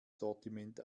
sortiment